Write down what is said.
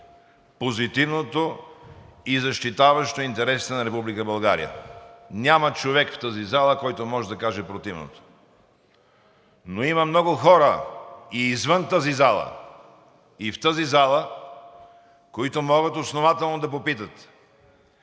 най-позитивното и защитаващо интересите на Република България. Няма човек в тази зала, който може да каже противното. Но има много и извън тази зала, и в тази зала, които могат основателно да попитат: